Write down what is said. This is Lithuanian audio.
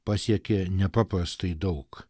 pasiekė nepaprastai daug